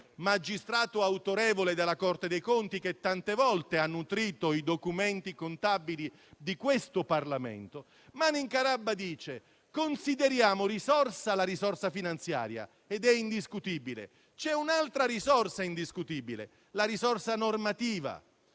magistrato autorevole della Corte dei conti, che tante volte ha nutrito i documenti contabili di questo Parlamento. Manin Carabba dice: consideriamo risorsa la risorsa finanziaria, ed è indiscutibile; c'è un'altra risorsa indiscutibile, la risorsa normativa,